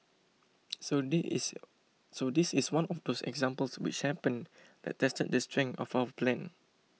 so this is so this is one of those examples which happen that tested the strength of our plan